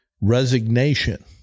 resignation